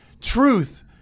truth